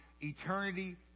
eternity